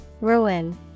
Ruin